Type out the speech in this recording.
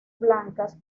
blancas